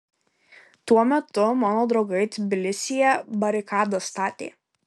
tuo metu mano draugai tbilisyje barikadas statė